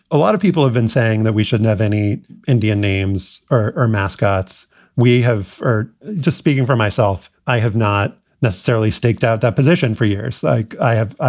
a lot of people have been saying that we shouldn't have any indian names or mascots we have or just speaking for myself. i have not necessarily staked out that position for years like i have.